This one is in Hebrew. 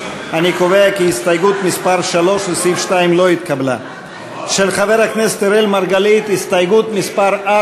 הסתייגות מס' 3 של חבר הכנסת מיקי לוי.